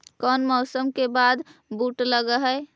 कोन मौसम के बाद बुट लग है?